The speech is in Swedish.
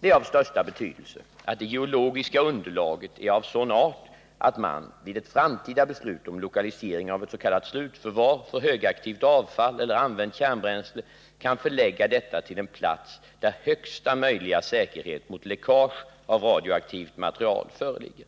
Det är av största betydelse att det geologiska underlaget är av sådan art att man vid ett framtida beslut om lokalisering av ett s.k. slutförvar för högaktivt avfall eller använt kärnbränsle kan förlägga detta till en plats där högsta möjliga säkerhet mot läckage av radioaktivt material föreligger.